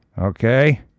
Okay